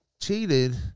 cheated